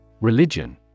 Religion